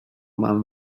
mam